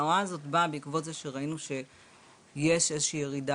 ההוראה הזאת באה בעקבות זה שראינו שיש איזושהי ירידה